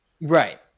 Right